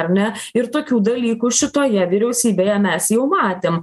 ar ne ir tokių dalykų šitoje vyriausybėje mes jau matėm